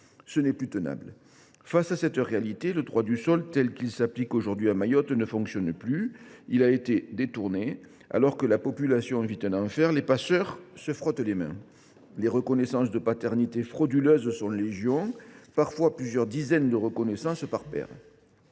n’est plus tenable. Face à cette réalité, le droit du sol, tel qu’il s’applique aujourd’hui à Mayotte, ne fonctionne plus ; et pour cause, il a été détourné. Alors que la population vit un enfer, les passeurs, eux, se frottent les mains. Les reconnaissances de paternité frauduleuses sont légion ; on dénombre même parfois plusieurs dizaines de reconnaissances par père.